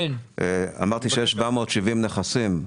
אמרתי שיש כ-770 נכסים,